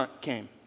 came